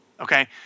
Okay